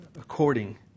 according